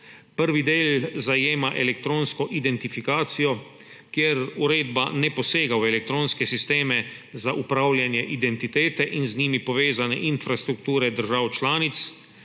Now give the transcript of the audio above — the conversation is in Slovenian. Prvi del zajema elektronsko identifikacijo, kjer uredba ne posega v elektronske sisteme za upravljanje identitete in z njimi povezane infrastrukture držav članic,